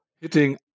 hitting